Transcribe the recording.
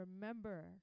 remember